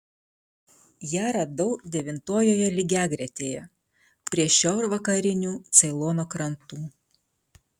ją radau devintojoje lygiagretėje prie šiaurvakarinių ceilono krantų